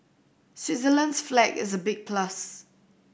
Switzerland's flag is a big plus